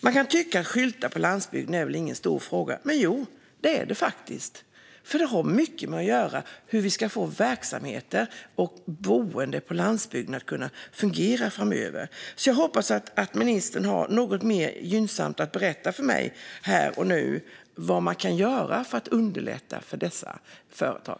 Man kan tycka att skyltar på landsbygden inte är någon stor fråga, men det är det faktiskt. Det har mycket att göra med hur vi ska få verksamheter och boende på landsbygden att fungera framöver. Jag hoppas därför att ministern har något mer gynnsamt att berätta för mig här och nu gällande vad man kan göra för att underlätta för dessa företag.